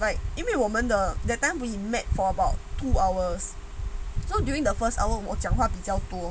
like 因为我们的 that time we nap about two hours so during the first hour 我们讲话比较多